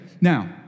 now